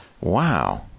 Wow